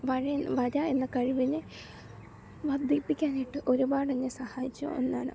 വര എന്ന കഴിവിനെ വർദ്ധിപ്പിക്കാനായിട്ട് ഒരുപാട് എന്നെ സഹായിച്ച ഒന്നാണ്